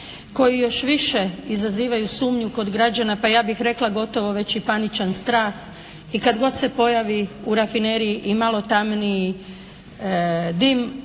koji još više izazivaju sumnju kod građana, pa ja bih rekla gotovo već i paničan strah i kad god se pojavi u rafineriji i malo tamniji dim